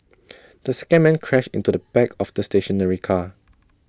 the second man crashed into the back of the stationary car